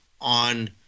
on